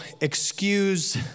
excuse